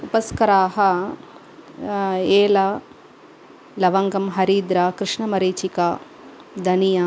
उपस्कराः एला लवङ्गं हरिद्रा कृष्णमरीचिका धनिया